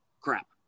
crap